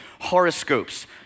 Horoscopes